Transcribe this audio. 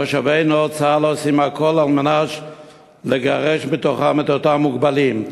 תושבי נאות-צהלה עושים הכול כדי לגרש מתוכם את אותם מוגבלים.